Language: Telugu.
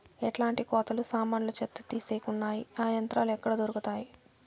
ఎట్లాంటి కోతలు సామాన్లు చెత్త తీసేకి వున్నాయి? ఆ యంత్రాలు ఎక్కడ దొరుకుతాయి?